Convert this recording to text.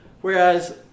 whereas